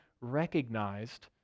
recognized